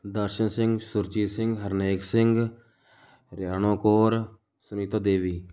Darshan Singh Surjit Singh Harnek Singh Riano Kaur Sunita Devi